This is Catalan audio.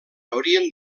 haurien